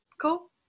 cool